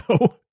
No